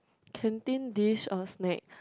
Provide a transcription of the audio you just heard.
canteen dish or snack